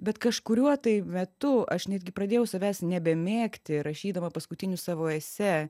bet kažkuriuo tai metu aš netgi pradėjau savęs nebemėgti rašydama paskutinius savo esė